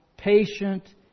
patient